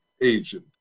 agent